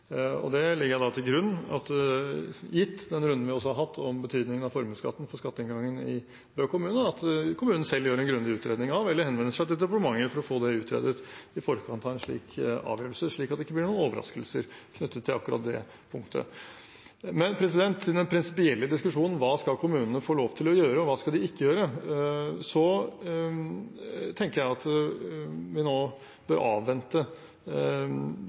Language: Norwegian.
Det legger jeg til grunn – gitt den runden vi også har hatt om betydningen av formuesskatten for skatteinngangen i Bø kommune – at kommunen selv gjør en grundig utredning av, eller henvender seg til departementet for å få utredet i forkant av en slik avgjørelse, slik at det ikke blir noen overraskelser knyttet til akkurat det punktet. Men til den prinsipielle diskusjonen om hva kommunene skal få lov til å gjøre, og hva de ikke skal gjøre, tenker jeg at vi nå bør avvente